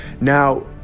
Now